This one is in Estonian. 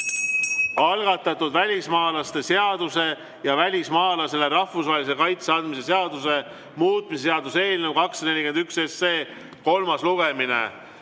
algatatud välismaalaste seaduse ja välismaalasele rahvusvahelise kaitse andmise seaduse muutmise seaduse eelnõu 241 kolmas lugemine.